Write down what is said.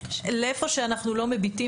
לאיפה שאנחנו לא מביטים,